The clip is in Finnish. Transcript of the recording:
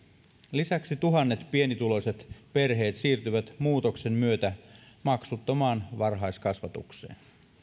lisäksi tuhannet pienituloiset perheet siirtyvät muutoksen myötä maksuttomaan varhaiskasvatukseen